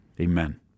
amen